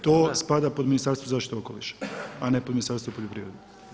To spada pod Ministarstvo zaštite okoliša, a ne pod Ministarstvo poljoprivrede.